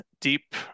deep